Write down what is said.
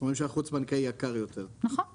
אנחנו רואים שהחוץ-בנקאי יקר יותר.